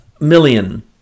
million